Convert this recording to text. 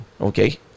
Okay